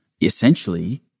essentially